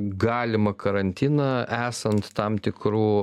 galimą karantiną esant tam tikrų